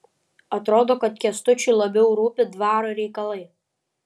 atrodo kad kęstučiui labiau rūpi dvaro reikalai